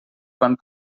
van